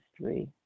three